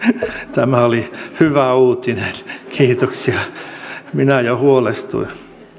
tämä oli hyvä uutinen kiitoksia minä jo huolestuin